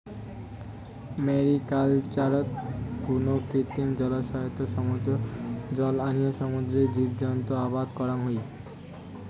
ম্যারিকালচারত কুনো কৃত্রিম জলাশয়ত সমুদ্রর জল আনিয়া সমুদ্রর জীবজন্তু আবাদ করাং হই